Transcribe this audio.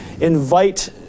invite